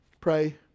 Pray